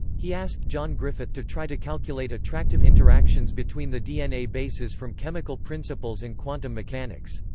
he asked john griffith to try to calculate attractive interactions between the dna bases from chemical principles and quantum mechanics.